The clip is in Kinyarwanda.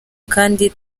kandi